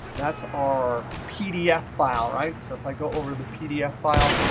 that's our pdf file, right? so if i go over the pdf file,